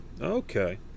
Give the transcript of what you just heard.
Okay